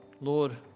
Lord